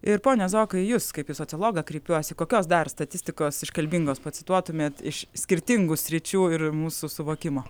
ir pone zokai jūs kaip į sociologą kreipiuosi kokios dar statistikos iškalbingos pacituotumėt iš skirtingų sričių ir mūsų suvokimo